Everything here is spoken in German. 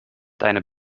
deine